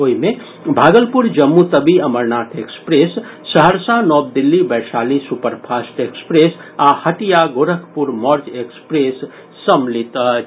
ओहि मे भागलपुर जम्मू तवी अमरनाथ एक्सप्रेस सहरसा नव दिल्ली वैशाली सुपरफास्ट एक्सप्रेस आ हटिया गोरखपुर मौर्य एक्सप्रेस सम्मिलित अछि